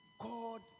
God